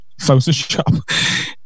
Photoshop